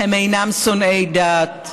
הם אינם שונאי דת,